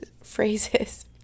phrases